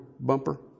bumper